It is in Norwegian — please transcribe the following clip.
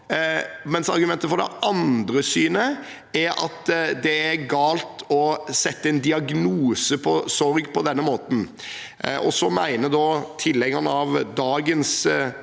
mens argumentet for det andre synet er at det er galt å sette en diagnose på sorg på denne måten. Tilhengerne av dagens